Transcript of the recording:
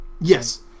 Yes